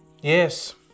yes